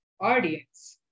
audience